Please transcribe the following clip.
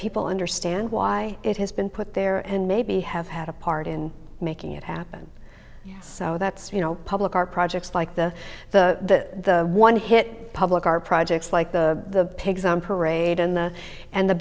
people understand why it has been put there and maybe have had a part in making it happen so that's you know public art projects like the the one hit public are projects like the pigs on parade in the and the